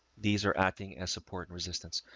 these are acting as support and resistance.